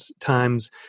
times